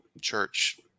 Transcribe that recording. church